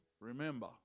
Remember